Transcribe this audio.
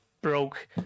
broke